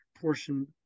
portion